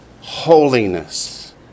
holiness